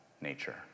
nature